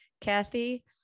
Kathy